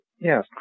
yes